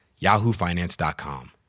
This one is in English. yahoofinance.com